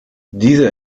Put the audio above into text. diese